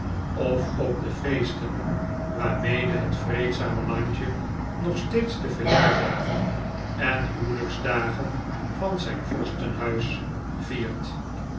of op de feesten waarmede het vreedzame landje nog steeds de verjaardagen en huwelijksdagen van zijn vorstenhuis viert